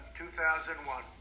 2001